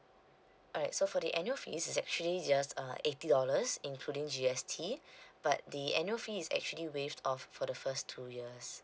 alright so for the annual fees is actually just uh eighty dollars including G_S_T but the annual fee is actually waived off for the first two years